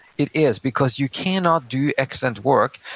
it is, because you cannot do excellent work,